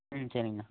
ம் சரிங்கண்ணா